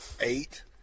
eight